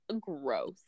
Gross